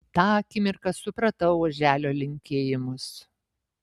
tą akimirką supratau oželio linkėjimus